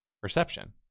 perception